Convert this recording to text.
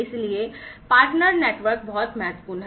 इसलिए partner network बहुत महत्वपूर्ण है